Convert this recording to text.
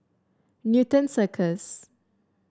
Newton Circus